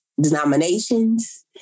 denominations